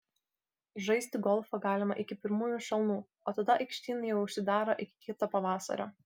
žaisti golfą galima iki pirmųjų šalnų o tada aikštynai jau užsidaro iki kito pavasario